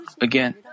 again